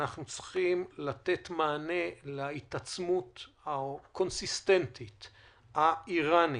אנחנו צריכים לתת מענה להתעצמות הקונסיסטנטית האיראנית,